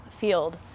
field